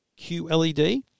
QLED